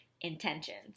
intentions